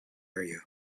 area